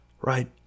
Right